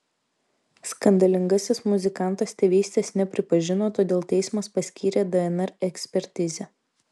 skandalingasis muzikantas tėvystės nepripažino todėl teismas paskyrė dnr ekspertizę